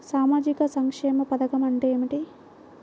సామాజిక సంక్షేమ పథకం అంటే ఏమిటి?